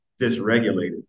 dysregulated